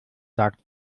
sagt